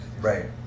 Right